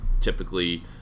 typically